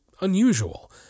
unusual